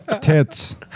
Tits